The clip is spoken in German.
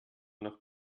noch